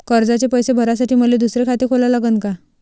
कर्जाचे पैसे भरासाठी मले दुसरे खाते खोला लागन का?